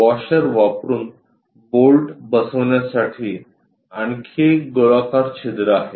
washer वापरून bolt बसवण्यासाठी आणखी एक गोलाकार छिद्र आहे